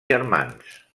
germans